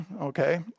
okay